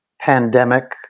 pandemic